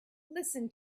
listen